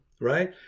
right